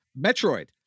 Metroid